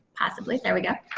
possibly, there we go.